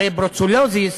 הרי ברוצילוזיס,